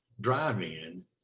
drive-in